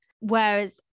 whereas